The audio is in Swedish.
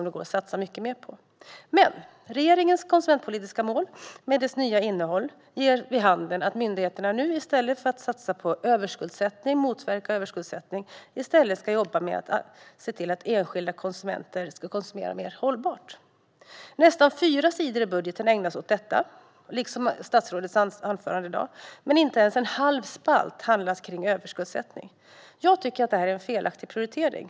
Det går att satsa mycket mer där. Regeringens nya konsumentpolitiska mål med nytt innehåll ger vid handen att myndigheterna nu i stället för att satsa på att motverka överskuldsättning ska jobba med att se till att enskilda konsumenter ska konsumera mer hållbart. Nästan fyra sidor i budgeten ägnas åt detta, liksom statsrådets anförande i dag, men inte ens en halv spalt handlar om överskuldsättning. Jag tycker att detta är en felaktig prioritering.